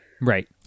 Right